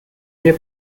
mir